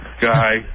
Guy